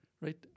right